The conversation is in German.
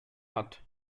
hat